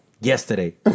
Yesterday